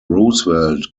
roosevelt